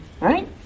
Right